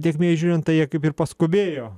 tėkmėj žiūrint tai kaip ir paskubėjo